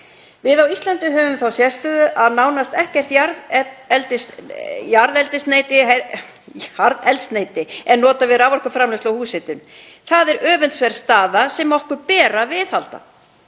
Við á Íslandi höfum þá sérstöðu að nánast ekkert jarðefnaeldsneyti er notað við raforkuframleiðslu og húshitun. Það er öfundsverð staða sem okkur ber að viðhalda.